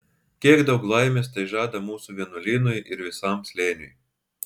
kiek daug laimės tai žada mūsų vienuolynui ir visam slėniui